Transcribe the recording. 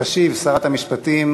תשיב שרת המשפטים